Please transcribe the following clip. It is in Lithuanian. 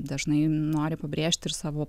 dažnai nori pabrėžti ir savo